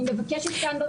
אני מבקשת כאן בוועדה.